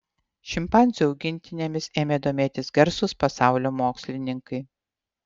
šimpanzių augintinėmis ėmė domėtis garsūs pasaulio mokslininkai